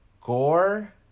gore